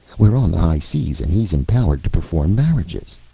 we're on the high seas and he's empowered to perform marriages.